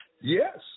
Yes